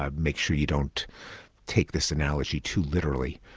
ah make sure you don't take this analogy too literally.